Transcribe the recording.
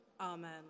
Amen